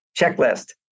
checklist